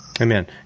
Amen